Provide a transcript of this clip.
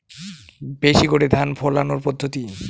বেশি করে ধান ফলানোর পদ্ধতি?